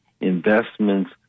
investments